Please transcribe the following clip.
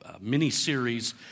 mini-series